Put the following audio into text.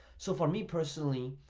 so for me personally,